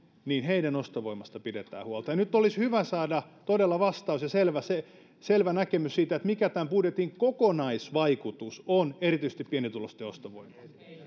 ostovoimasta pidetään huolta nyt olisi hyvä saada todella vastaus ja selvä näkemys siitä mikä tämän budjetin kokonaisvaikutus on erityisesti pienituloisten ostovoimaan